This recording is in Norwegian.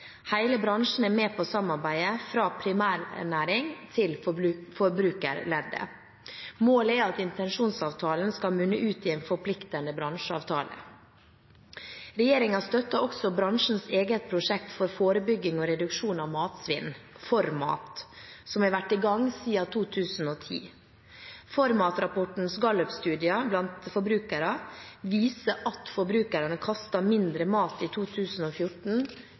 bransjen er med på samarbeidet, fra primærnæring til forbrukerleddet. Målet er at intensjonsavtalen skal munne ut i en forpliktende bransjeavtale. Regjeringen støtter også bransjens eget prosjekt for forebygging og reduksjon av matsvinn, ForMat, som har vært i gang siden 2010. ForMat-rapportens gallupstudier blant forbrukere viser at forbrukerne kastet mindre mat i 2014